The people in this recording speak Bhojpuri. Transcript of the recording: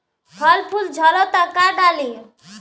फल फूल झड़ता का डाली?